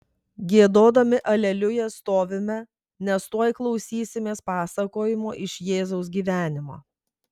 giedodami aleliuja stovime nes tuoj klausysimės pasakojimo iš jėzaus gyvenimo